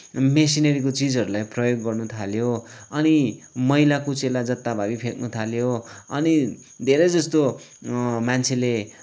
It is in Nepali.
मिसिनेरीको चिजहरूलाई प्रयोग गर्नु थाल्यो अनि मैला कुचैला जताभावी फ्याँक्न थाल्यो अनि धेरै जस्तो मान्छेले